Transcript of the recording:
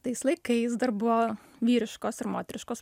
tais laikais dar buvo vyriškos ir moteriškos